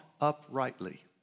uprightly